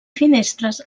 finestres